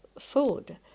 food